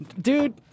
Dude